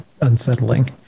unsettling